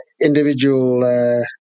individual